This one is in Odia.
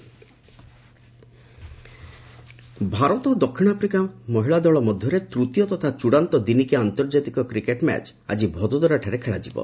ଓମେନ୍ସ କ୍ରିକେଟ୍ ଭାରତ ଓ ଦକ୍ଷିଣ ଆଫ୍ରିକା ମହିଳା ଦଳ ମଧ୍ୟରେ ତୂତୀୟ ତଥା ଚ୍ଚଡ଼ାନ୍ତ ଦିନିକିଆ ଆନ୍ତର୍ଜାତିକ କ୍ରିକେଟ ମ୍ୟାଚ୍ ଆଙ୍କି ଭଦୋଦରାଠାରେ ଖେଳାଯିବ